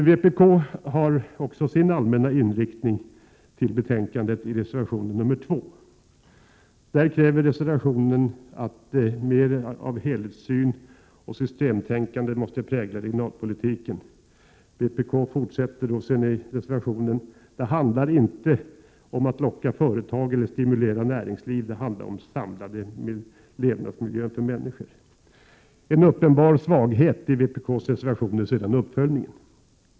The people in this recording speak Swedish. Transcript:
Också vpk redovisar sin allmänna inriktning i reservation 2 till betänkandet. I reservationen krävs att mer av helhetssyn och systemtänkande måste prägla regionalpolitiken. Vpk skriver vidare i reservationen att det inte handlar om att locka företag eller stimulera näringsliv, utan det handlar om den samlade levnadsmiljön för människor. En uppenbar svaghet i vpkreservationen är sedan uppföljningen.